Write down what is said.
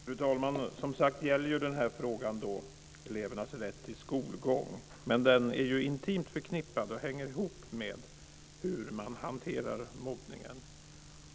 Fru talman! Denna fråga gäller som sagt elevernas rätt till skolgång, men den är intimt förknippad och hänger ihop med hur man hanterar mobbningen.